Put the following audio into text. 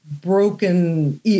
broken